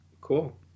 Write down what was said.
Cool